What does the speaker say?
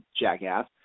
jackass